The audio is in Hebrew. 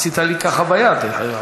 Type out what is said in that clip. עשית לי ככה ביד, חשבתי.